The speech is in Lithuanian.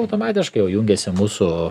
automatiškai jau jungiasi mūsų